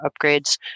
upgrades